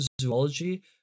zoology